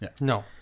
No